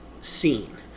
scene